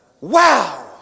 Wow